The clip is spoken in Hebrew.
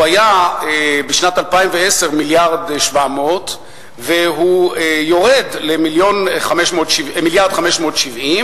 הוא היה בשנת 2010 1.7 מיליארד והוא יורד ל-1.57 מיליארד,